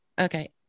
okay